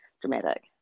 dramatic